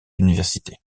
universités